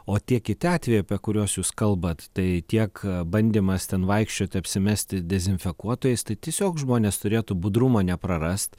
o tie kiti atvejai apie kuriuos jūs kalbat tai tiek bandymas ten vaikščioti apsimesti dezinfekuotojas tai tiesiog žmonės turėtų budrumo neprarast